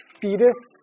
fetus